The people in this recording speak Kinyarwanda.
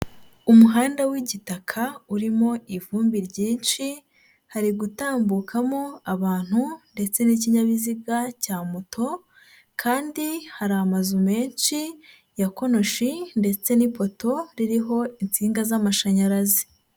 Umuhanda w'igitaka urimo ivumbi ryinshi hari gutambukamo abantu ndetse n'ikinyabiziga cya moto kandi hari amazu menshi ya konoshi ndetse n'ipoto ririho insinga z'amashanyarazi.